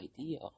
idea